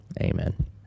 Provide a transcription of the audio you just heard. Amen